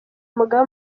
umugaba